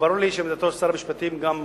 וברור לי שעמדתו של שר המשפטים גם מכובדת,